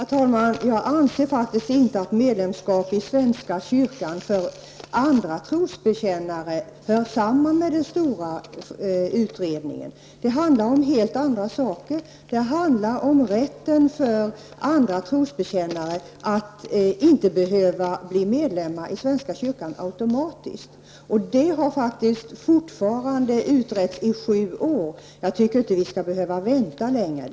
Herr talman! Jag anser faktiskt inte att medlemskap i svenska kyrkan för andra trosbekännare hör samman med den stora utredningen. Det handlar om helt andra saker. Det handlar om rätten för andra trosbekännare att inte behöva bli medlemmar i svenska kyrkan automatiskt. Detta har utretts i sju år. Jag tycker inte att vi skall behöva vänta längre.